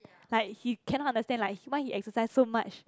like he cannot understand like why he exercise so much